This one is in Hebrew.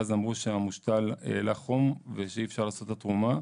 ואז אמרו שהמושתל העלה חום ושאי אפשר לעשות את התרומה.